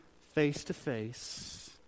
face-to-face